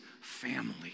family